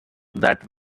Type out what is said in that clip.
that